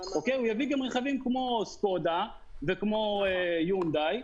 הוא יביא גם רכבים כמו סקודה וכמו יונדאי,